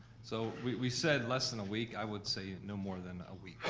so we said less than a week, i would say no more than a week.